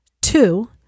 two